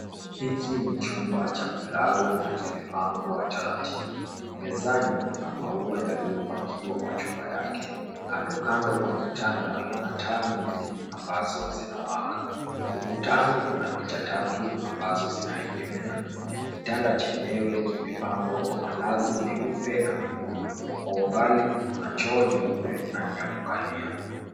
Hiki ni chumba cha kulala na kimepangwa taratibu. Mezani kuna maua yaliyopakiwa kwa chupa yake. Kando kando kwa kitanda kuna taa mbili ambazo zinawaka. Ukutani kuna picha tatu ambazo zinaegemea. Kitanda chenyewe kimepangwa kwa malazi meupe na mekundu. Kwa umbali kuna choo nyeupe na ni ya kukalia.